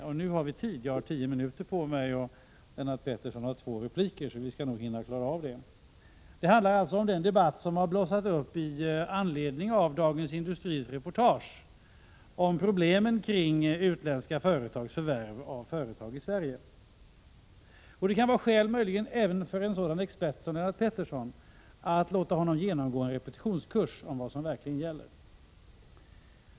Nu hinner vi — jag har tio minuter på mig, och Lennart Pettersson har två repliker. Det handlar alltså om den debatt som har blossat upp i anledning av Dagens Industris reportage om problemen kring utländska företags förvärv av företag i Sverige. Det kan möjligen vara skäl att även låta en sådan expert som Lennart Pettersson genomgå en repetitionskurs om vad som verkligen gäller.